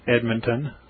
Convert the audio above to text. Edmonton